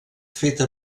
feta